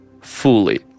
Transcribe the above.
fully